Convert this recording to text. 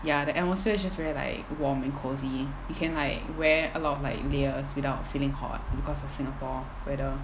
ya the atmosphere is just very like warm and cosy you can like wear a lot of like layers without feeling hot because of singapore weather